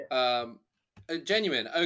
Genuine